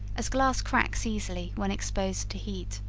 as glass cracks easily, when exposed to heat.